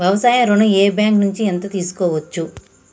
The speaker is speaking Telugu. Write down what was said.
వ్యవసాయ ఋణం ఏ బ్యాంక్ నుంచి ఎంత తీసుకోవచ్చు?